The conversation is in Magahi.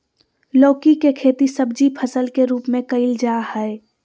लौकी के खेती सब्जी फसल के रूप में कइल जाय हइ